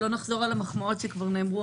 לא נחזור על המחמאות שכבר נאמרו,